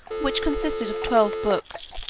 which consisted of twelve books,